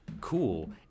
cool